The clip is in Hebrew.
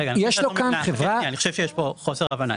רגע אני חושב שיש פה חוסר הבנה,